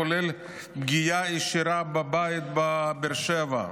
כולל פגיעה ישירה בבית בבאר שבע.